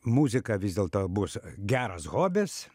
muzika vis dėlto bus geras hobis